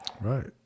Right